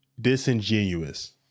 disingenuous